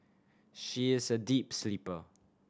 she is a deep sleeper